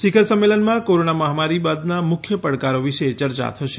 શિખર સંમેલનમાં કોરોના માહમારી બાદના મુખ્ય પડકારો વિશે ચર્ચા થશે